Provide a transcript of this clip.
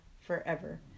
forever